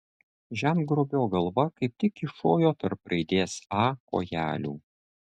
žemgrobio galva kaip tik kyšojo tarp raidės a kojelių